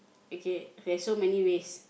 okay there's so many ways